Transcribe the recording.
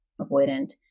avoidant